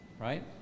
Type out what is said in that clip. right